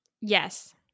Yes